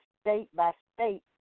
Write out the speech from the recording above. state-by-state